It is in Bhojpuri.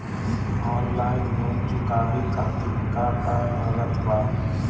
ऑनलाइन लोन चुकावे खातिर का का लागत बा?